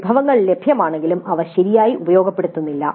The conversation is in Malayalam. വിഭവങ്ങൾ ലഭ്യമാണെങ്കിലും അവ ശരിയായി ഉപയോഗപ്പെടുത്തുന്നില്ല